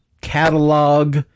catalog